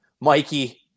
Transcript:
Mikey